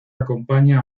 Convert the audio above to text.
acompaña